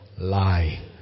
lie